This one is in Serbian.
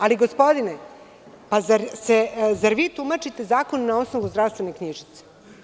Ali, gospodine zar vi tumačite zakon na osnovu zdravstvene knjižice?